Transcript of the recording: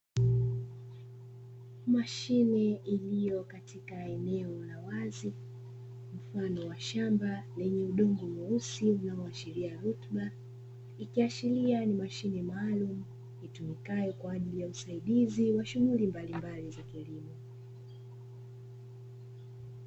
Mashine iliyo katika eneo la wazi, upande wa shamba lenye udongo mweusi unaoashiria rutuba, ikiashiria ni mashine maalumu itumikayo kwa ajili ya usaidizi wa shughuli mbalimbali za kilimo.